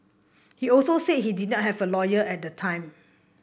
he also said he did not have a lawyer at the time